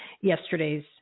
yesterday's